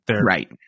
Right